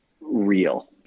real